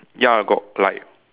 ya got like